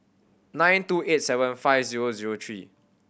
nine two eight seven five zero zero three